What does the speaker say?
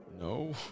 No